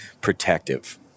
protective